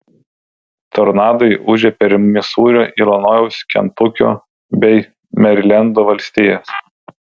tornadai ūžė per misūrio ilinojaus kentukio bei merilendo valstijas